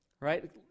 Right